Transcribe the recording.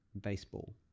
baseball